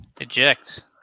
Eject